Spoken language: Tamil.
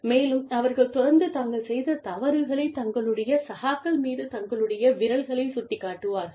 மேலும் அவர்கள் தொடர்ந்து தாங்கள் செய்த தவறுகளை தங்களுடைய சகாக்கள் மீது தங்களுடைய விரல்களை சுட்டிக்காட்டுவார்கள்